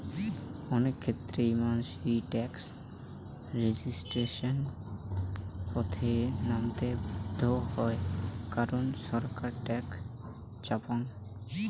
অনেক ক্ষেত্রেই মানসি ট্যাক্স রেজিস্ট্যান্সের পথে নামতে বাধ্য হই কারণ ছরকার ট্যাক্স চাপং